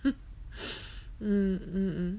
mm mm mm